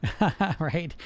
right